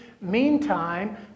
Meantime